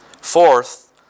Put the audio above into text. Fourth